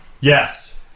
Yes